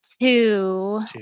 Two